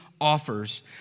offers